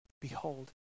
behold